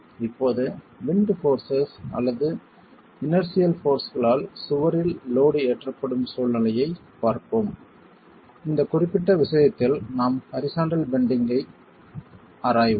இப்போது wind forces அல்லது inertial போர்ஸ்களால் சுவரில் லோட் ஏற்றப்படும் சூழ்நிலையைப் பார்ப்போம் இந்த குறிப்பிட்ட விஷயத்தில் நாம் ஹரிசாண்டல் பெண்டிங்கை ஆராய்வோம்